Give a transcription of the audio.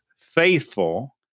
faithful